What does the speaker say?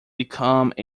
become